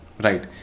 Right